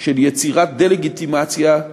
של יצירת דה-לגיטימציה,